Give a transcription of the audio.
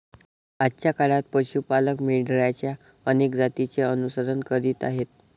आजच्या काळात पशु पालक मेंढरांच्या अनेक जातींचे अनुसरण करीत आहेत